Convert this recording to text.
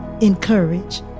encourage